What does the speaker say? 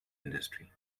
industry